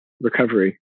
recovery